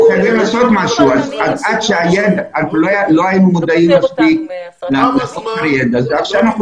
לא היינו מודעים לזה מספיק אבל עכשיו אנחנו